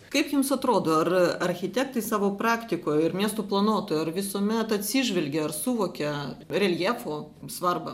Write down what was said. kaip jums atrodo ar architektai savo praktikoj ir miestų planuotojai ar visuomet atsižvelgia ar suvokia reljefo svarbą